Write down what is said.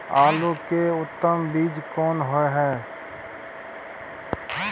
आलू के उत्तम बीज कोन होय है?